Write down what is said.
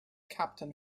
captain